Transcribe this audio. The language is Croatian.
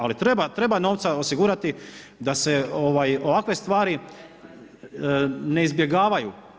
Ali treba, treba novca osigurati da se ovakve stvari ne izbjegavaju.